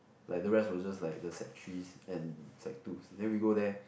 like the rest was just like the sec-threes and sec-twos then we go there